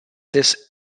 this